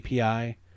api